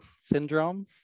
syndrome